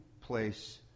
place